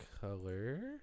color